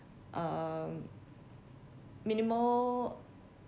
uh minimal